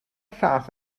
llaeth